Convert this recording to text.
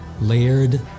layered